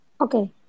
Okay